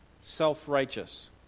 self-righteous